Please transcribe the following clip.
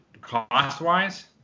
cost-wise